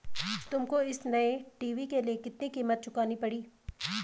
तुमको इस नए टी.वी के लिए कितनी कीमत चुकानी पड़ी?